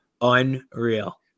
Unreal